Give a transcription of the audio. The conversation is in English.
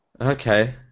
Okay